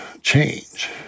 change